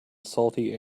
salty